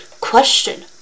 Question